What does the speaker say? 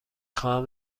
خواهم